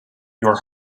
your